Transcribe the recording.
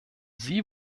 sie